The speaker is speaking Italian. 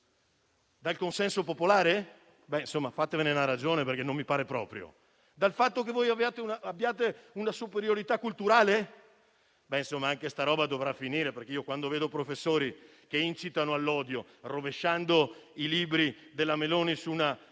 Dal consenso popolare? Insomma, fatevene una ragione, perché non mi pare proprio. Dal fatto che voi avete una superiorità culturale? Anche questa convinzione dovrà cadere, perché io, quando vedo professori che incitano all'odio, rovesciando i libri della Meloni in una